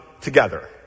together